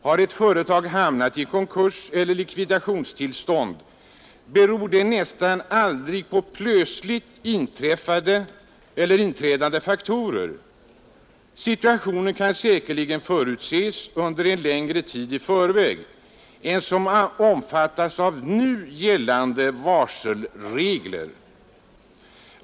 Har ett företag hamnat i konkurs eller likvidationstillstånd, beror detta nästan aldrig på plötsligt inträffande faktorer. Situationen kan säkerligen förutses under en längre tid i förväg än som omfattas av nu gällande varselregler.